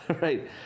Right